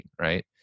right